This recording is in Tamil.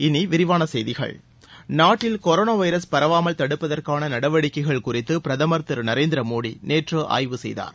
இனி விரிவான செய்திகள் நாட்டில் கொரோனா வைரஸ் பரவாமல் தடுப்பதற்கான நடவடிக்கைகள் குறித்து பிரதமர் திரு நரேந்திர மோடி நேற்று ஆய்வு செய்தார்